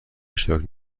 اشتراک